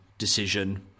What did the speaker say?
decision